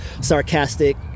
sarcastic